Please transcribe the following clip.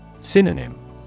Synonym